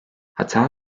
hata